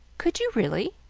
could you, really?